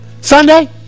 Sunday